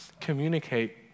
Communicate